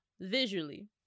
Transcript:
visually